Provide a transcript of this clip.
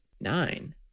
nine